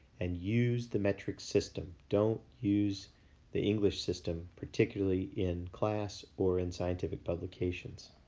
and use the metric system. don't use the english system, particularly in class or in scientific publications.